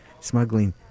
smuggling